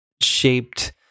shaped